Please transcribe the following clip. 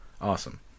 Awesome